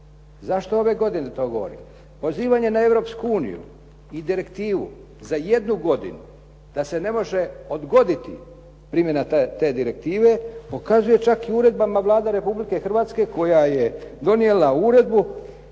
Zašto ove godine to govorim? Pozivanje na Europsku uniju i direktivu za jednu godinu da se ne može odgoditi primjena te direktive pokazuje čak i uredbama Vlada Republike Hrvatske koja je donijela uredbu,